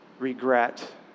Regret